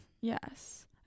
Yes